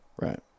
right